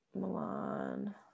Milan